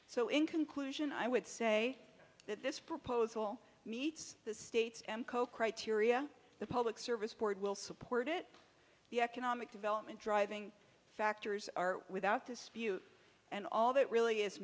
so in conclusion i would say that this proposal meets the state's emco criteria the public service board will support it the economic development driving factors are without dispute and all that really is